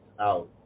out